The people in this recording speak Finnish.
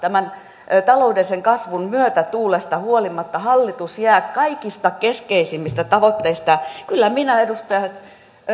tämän taloudellisen kasvun myötätuulesta huolimatta hallitus jää kaikista keskeisimmistä tavoitteistaan kyllä minä edustaja